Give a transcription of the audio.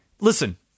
listen